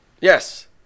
yes